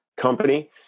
Company